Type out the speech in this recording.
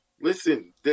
Listen